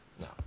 no